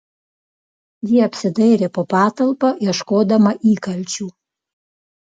ji apsidairė po patalpą ieškodama įkalčių